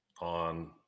on